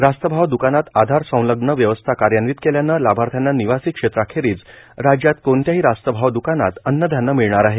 रास्त भाव द्कानात आधार संलग्न व्यवस्था कार्यान्वित केल्यानं लाभार्थ्यांना निवासी क्षेत्राखेरीज राज्यात कोणत्याही रास्त भाव दुकानांत अन्नधान्य मिळणार आहे